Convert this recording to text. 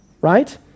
right